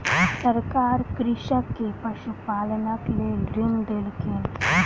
सरकार कृषक के पशुपालनक लेल ऋण देलकैन